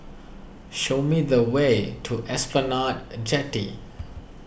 show me the way to Esplanade Jetty